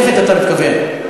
זכותו לנמק הצעה.